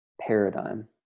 paradigm